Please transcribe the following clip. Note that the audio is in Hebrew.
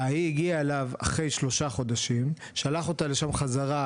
שהאישה הגיעה אליו אחרי שלושה חודשים והוא שלח אותה לשם בחזרה,